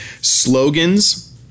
slogans